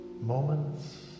Moments